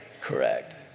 Correct